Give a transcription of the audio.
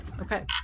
Okay